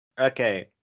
Okay